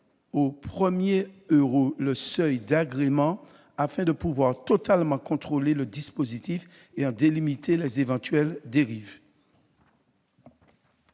au premier euro, afin de pouvoir totalement contrôler le dispositif et en limiter les éventuelles dérives.